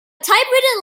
typewritten